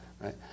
right